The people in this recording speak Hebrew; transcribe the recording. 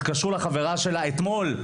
התקשרו לחברה שלה אתמול,